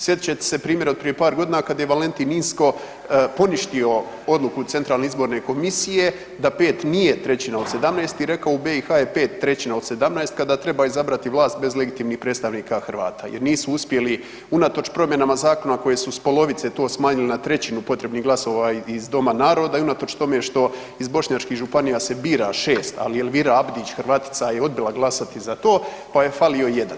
Sjetit ćete se primjera od prije par godina kada je Valentin Inzko poništio odluku centralne izborne komisije da pet nije trećina od 17 i rekao u BiH je pet trećina od 17 kada treba izabrati vlast bez legitimnih predstavnika Hrvata jer nisu uspjeli unatoč promjenama zakona koje su s polovice to smanjili na trećinu potrebnih glasova iz Doma naroda i unatoč tome što iz bošnjačkih županija se bira šest, ali Elvira Abidć Hrvatica je odbila glasati za to pa je falio jedan.